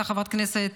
שהייתה חברת כנסת,